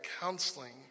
counseling